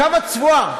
כמה צבועה?